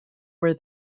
where